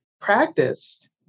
practiced